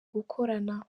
gukorana